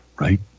right